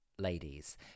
ladies